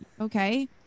okay